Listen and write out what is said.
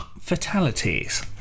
fatalities